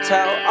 Tell